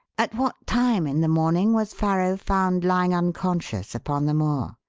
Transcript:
at what time in the morning was farrow found lying unconscious upon the moor?